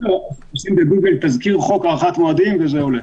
תעשו בגוגל תזכיר חוק הארכת מועדים וזה עולה.